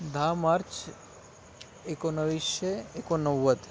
दहा मार्च एकोणाविसशे एकोणनव्वद